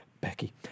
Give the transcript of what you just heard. Becky